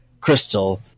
crystal